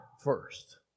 first